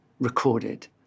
recorded